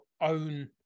own